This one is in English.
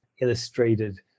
illustrated